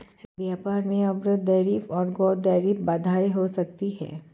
व्यापार में अवरोध टैरिफ और गैर टैरिफ बाधाएं हो सकती हैं